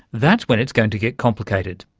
that's when it's going to get complicated,